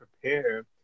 prepare